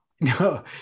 no